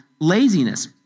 laziness